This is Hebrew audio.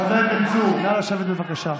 חבר הכנסת בן צור, נא לשבת, בבקשה.